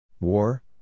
War